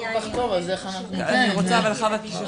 סליחה,